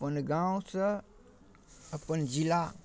अपन गामसँ अपन जिला